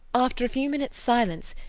after a few minutes' silence,